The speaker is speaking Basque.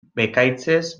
bekaitzez